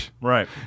Right